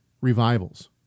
revivals